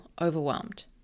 overwhelmed